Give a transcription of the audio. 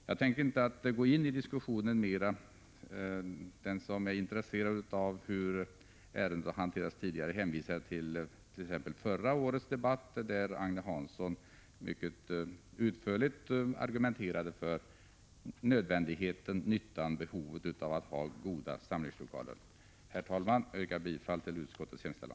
Jag tänkte inte gå in ytterligare i diskussionen. Den som är intresserad av hur ärendet har hanterats tidigare kan hänvisas exempelvis till förra årets debatt, där Agne Hansson mycket utförligt argumenterade för nödvändigheten, nyttan och behovet av att ha goda samlingslokaler. Herr talman! Jag yrkar bifall till utskottets hemställan.